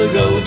go